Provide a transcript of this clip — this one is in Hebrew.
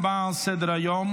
27 בעד, אפס מתנגדים, אפס נמנעים.